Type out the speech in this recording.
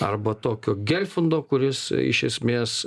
arba tokio gelfundo kuris iš esmės